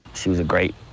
she was a great,